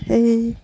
এই